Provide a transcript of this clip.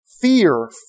fear